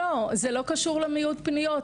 זה לא קשור למיעוט הפניות,